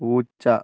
പൂച്ച